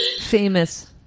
famous